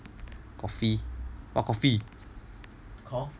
coffee what coffee